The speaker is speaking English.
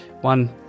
one